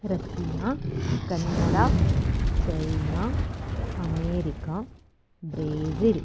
Russia Canada China America Brazil